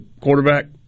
quarterback